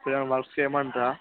ఇప్పుడు ఏమైనా వర్క్స్ చేయమంటారా